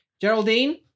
Geraldine